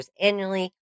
annually